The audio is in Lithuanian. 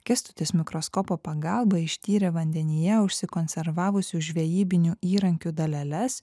kęstutis mikroskopo pagalba ištyrė vandenyje užsikonservavusių žvejybinių įrankių daleles